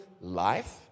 life